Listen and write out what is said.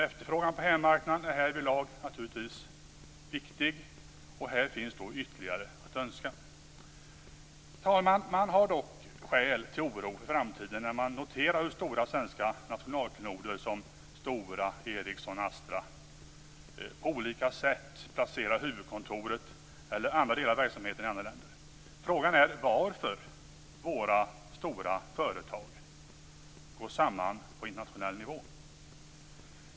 Efterfrågan på hemmamarknaden är naturligtvis viktig, och här finns ytterligare att önska. Fru talman! Det finns dock skäl till oro för framtiden när man noterar hur stora svenska nationalklenoder som Stora, Ericsson och Astra på olika sätt placerar sina huvudkontor eller andra delar av verksamheten i andra länder. Frågan är varför våra stora företag går samman på internationell nivå.